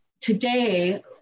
today